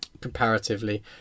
comparatively